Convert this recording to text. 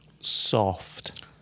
soft